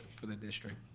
for the district.